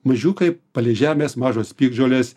mažiukai palei žemes mažos piktžolės